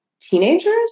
teenagers